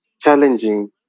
challenging